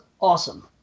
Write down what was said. awesome